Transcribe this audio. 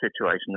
situation